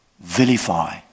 vilify